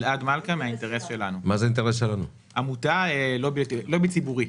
שהיא עמותה, לובי ציבורי.